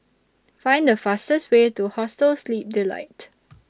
Find The fastest Way to Hostel Sleep Delight